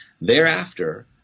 thereafter